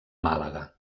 màlaga